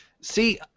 See